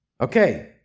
Okay